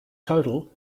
total